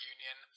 Union